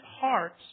hearts